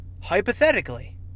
hypothetically